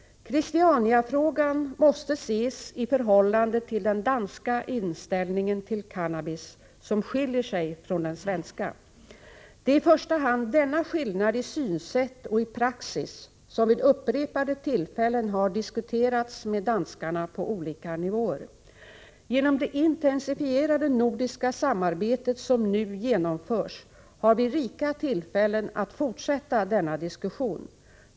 Christianiafrågan måste ses i förhållande till den danska inställningen till cannabis, som skiljer sig från den svenska. Det är i första hand denna skillnad i synsätt och i praxis som vid upprepade tillfällen har diskuterats med danskarna på olika nivåer. Genom det intensifierade nordiska samarbete som nu genomförs har vi rika tillfällen att fortsätta denna diskussion.